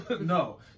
No